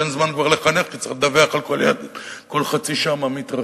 אין זמן כבר לחנך כי צריך לדווח על כל ילד כל חצי שעה מה מתרחש.